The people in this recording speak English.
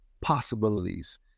possibilities